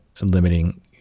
limiting